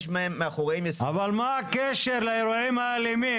יש מאחוריהם יסודות --- אבל מה הקשר לאירועים האלימים?